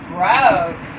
Broke